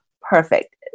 perfect